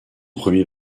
premier